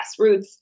grassroots